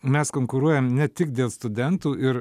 mes konkuruojam ne tik dėl studentų ir